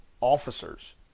officers